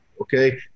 okay